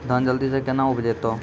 धान जल्दी से के ना उपज तो?